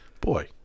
boy